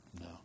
No